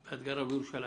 את גרה בירושלים.